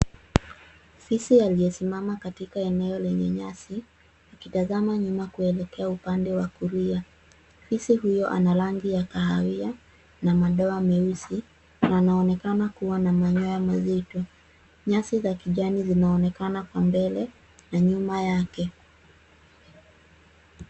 Fisi aliyesimama katika eneo lenye nyasi, akitazama nyuma kuelekea upande wa kulia. Fisi huyo ana rangi ya kahawia na madoa meusi, na anaonekana kuna na manyoya mazito. Nyasi za kijani zinaonekana kwa mbele na nyuma yake.